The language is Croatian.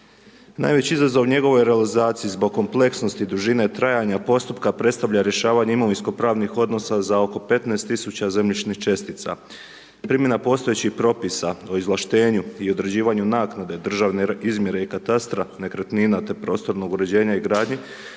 Najveći izazov u njegovoj realizaciji zbog kompleksnosti dužine trajanja postupka predstavlja rješavanje imovinsko-pravnih odnosa za oko 15.000 zemljišnih čestica. Primjena postojećih propisa o izvlaštenju i određivanju naknade državne izmjere i katastra nekretnina te prostornog uređenja i gradnje